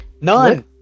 None